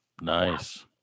Nice